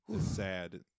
sad